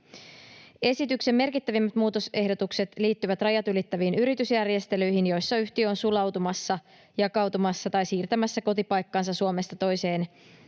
Esityksen merkittävimmät muutosehdotukset liittyvät rajat ylittäviin yritysjärjestelyihin, joissa yhtiö on sulautumassa, jakautumassa tai siirtämässä kotipaikkansa Suomesta toiseen